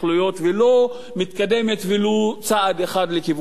ולא מתקדמת ולו צעד אחד לכיוון השלום.